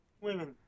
Women